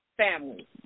family